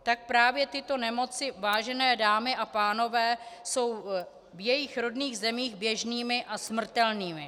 Tak právě tyto nemoci, vážené dámy a pánové, jsou v jejich rodných zemích běžnými a smrtelnými.